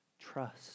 trust